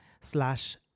slash